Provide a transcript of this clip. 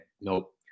Nope